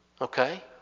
Okay